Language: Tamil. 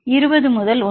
வலது 20 முதல் 1